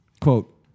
quote